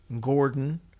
Gordon